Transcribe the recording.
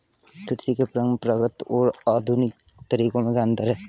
कृषि के परंपरागत और आधुनिक तरीकों में क्या अंतर है?